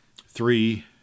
Three